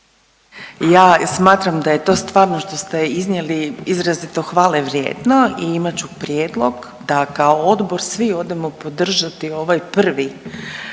Ja smatram da je to stvarno što ste iznijeli izrazito hvale vrijedno i imat ću prijedlog da kao odbor svi odemo podržati ovaj pri